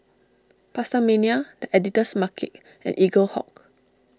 PastaMania the Editor's Market and Eaglehawk